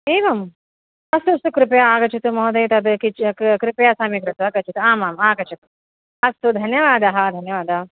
एवम् अस्तु अस्तु कृपया आगच्छतु महोदय् तद् किञ्च् कृपया सम्यक् कृत्वा गच्छतु आमामाम् आगच्छतु अस्तु धन्यवादः धन्यवादः